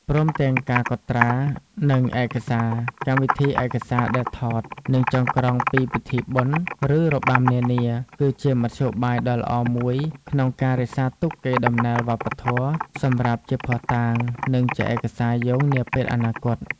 ព្រមទាំងការកត់ត្រា និងឯកសារ កម្មវិធីឯកសារដែលថត និងចងក្រងពីពិធីបុណ្យ ឬរបាំនានា គឺជាមធ្យោបាយដ៏ល្អមួយក្នុងការរក្សាទុកកេរដំណែលវប្បធម៌សម្រាប់ជាភស្តុតាង និងជាឯកសារយោងនាពេលអនាគត។